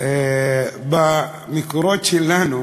במקורות שלנו